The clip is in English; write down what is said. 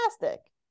Fantastic